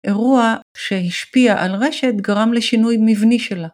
אירוע שהשפיע על רשת גרם לשינוי מבני שלה.